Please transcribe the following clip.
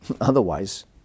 Otherwise